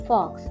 Fox